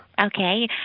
Okay